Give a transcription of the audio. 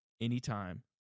anytime